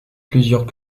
plusieurs